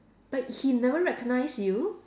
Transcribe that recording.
but he never recognise you